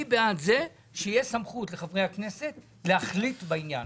אני בעד זה שתהיה סמכות לחברי הכנסת להחליט בעניין.